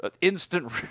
instant